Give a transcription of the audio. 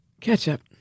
Ketchup